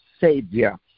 Savior